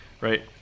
right